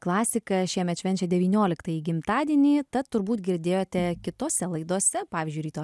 klasika šiemet švenčia devynioliktąjį gimtadienį tad turbūt girdėjote kitose laidose pavyzdžiui ryto